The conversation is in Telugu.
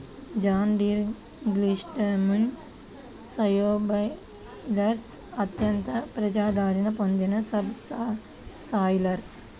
జాన్ డీర్ గ్రీన్సిస్టమ్ సబ్సోయిలర్ అత్యంత ప్రజాదరణ పొందిన సబ్ సాయిలర్